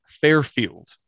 fairfield